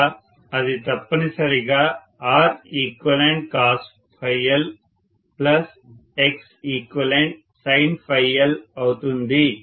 అలా అది తప్పనిసరిగా ReqcosLXeqsinL అవుతుంది